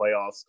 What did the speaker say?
playoffs